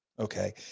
Okay